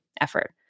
effort